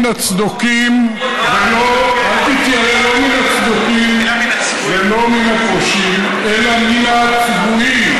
אל תתיירא לא מן הצדוקים ולא מן הפרושים אלא מן הצבועים,